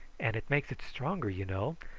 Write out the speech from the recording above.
and it makes it stronger, you know,